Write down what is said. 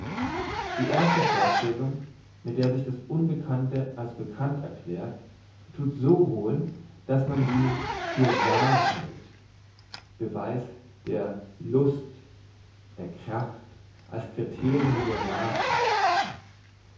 die erste vorstellung mit der sich das unbekannte als bekannt erklärt thut so wohl dass man sie für wahr hält beweis der lust der kraft als criterium der wahrheit